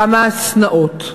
כמה שנאות,